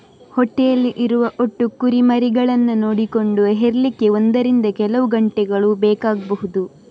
ಹೊಟ್ಟೆಯಲ್ಲಿ ಇರುವ ಒಟ್ಟು ಕುರಿಮರಿಗಳನ್ನ ನೋಡಿಕೊಂಡು ಹೆರ್ಲಿಕ್ಕೆ ಒಂದರಿಂದ ಕೆಲವು ಗಂಟೆಗಳು ಬೇಕಾಗ್ಬಹುದು